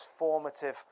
transformative